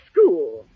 school